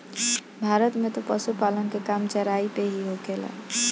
भारत में तअ पशुपालन के काम चराई पे ही होखेला